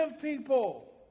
people